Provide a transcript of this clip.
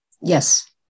Yes